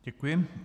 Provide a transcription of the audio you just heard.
Děkuji.